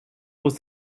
was